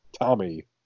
Tommy